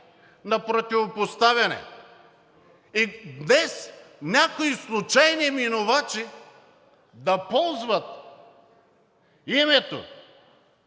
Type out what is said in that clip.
на противопоставяне. И днес някои случайни минувачи да ползват името